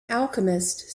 alchemist